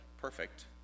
perfect